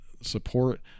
support